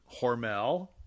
Hormel